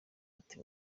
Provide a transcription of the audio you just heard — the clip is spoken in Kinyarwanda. ati